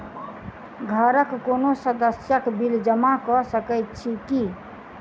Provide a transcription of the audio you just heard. घरक कोनो सदस्यक बिल जमा कऽ सकैत छी की?